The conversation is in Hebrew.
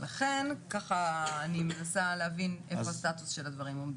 לכן אני מנסה להבין איפה הסטטוס של הדברים עומדים.